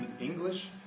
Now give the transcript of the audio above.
English